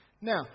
Now